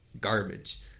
garbage